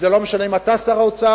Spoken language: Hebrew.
ולא משנה אם אתה שר האוצר,